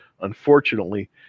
unfortunately